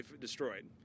destroyed